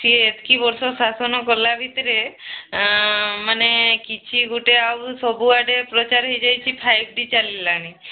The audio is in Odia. ସେ ଏତିକି ବର୍ଷ ଶାସନ କଲା ଭିତରେ ମାନେ କିଛି ଗୋଟିଏ ଆଉ ସବୁଆଡ଼େ ପ୍ରଚାର ହୋଇଯାଇଛି ଫାଇଭ୍ ଟି ଚାଲିଲାଣି